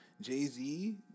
Jay-Z